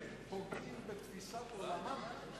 הם פוגעים בתפיסת עולמם.